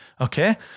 Okay